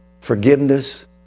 forgiveness